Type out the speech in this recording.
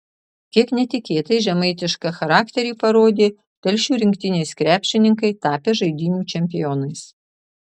kiek netikėtai žemaitišką charakterį parodė telšių rinktinės krepšininkai tapę žaidynių čempionais